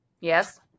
Yes